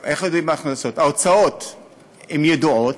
ההוצאות ידועות,